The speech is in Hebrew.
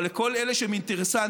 אבל לכל אלה שהם אינטרסנטים,